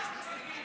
תוסיף אותי,